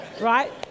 right